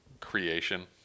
creation